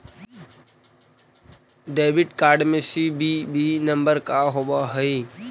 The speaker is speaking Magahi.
डेबिट कार्ड में सी.वी.वी नंबर का होव हइ?